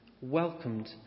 welcomed